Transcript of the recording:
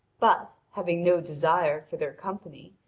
but, having no desire for their company,